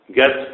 get